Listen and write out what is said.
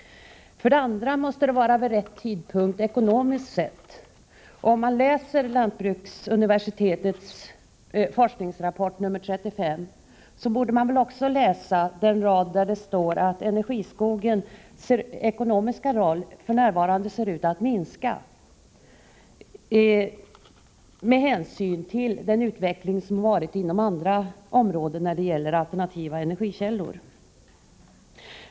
För det andra måste insatser göras vid rätt tidpunkt ekonomiskt sett. Om man läser lantbruksuniversitetets forskningsrapport nr 35, borde man också läsa raden där det står att energiskogens ekonomiska roll f.n. ser ut att minska, med hänsyn till den utveckling som har varit inom andra områden när det gäller alternativa energikällor.